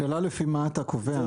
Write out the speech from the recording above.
השאלה לפי מה אתה קובע.